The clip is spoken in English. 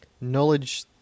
knowledge